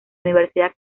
universidad